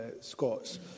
Scots